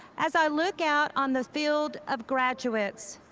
as i look out on the field of graduates,